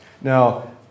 Now